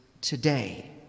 today